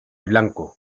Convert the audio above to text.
blanco